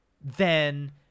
then-